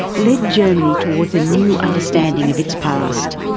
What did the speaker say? led germany towards a new understanding of its past.